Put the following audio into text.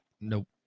nope